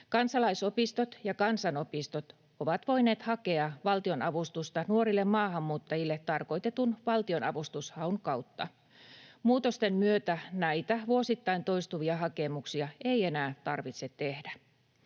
Kansalaisopistot ja kansanopistot ovat voineet hakea valtionavustusta nuorille maahanmuuttajille tarkoitetun valtionavustushaun kautta. Muutosten myötä näitä vuosittain toistuvia hakemuksia ei enää tarvitse tehdä.